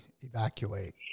evacuate